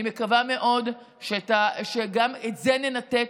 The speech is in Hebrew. אני מקווה מאוד שגם את זה ננתק,